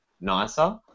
nicer